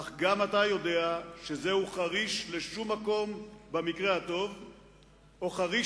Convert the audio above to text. אך גם אתה יודע שזהו חריש לשום מקום במקרה הטוב או חריש